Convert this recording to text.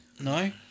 No